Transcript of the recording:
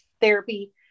therapy